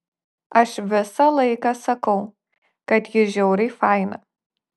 aš visą laiką sakau kad ji žiauriai faina